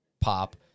pop